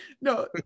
No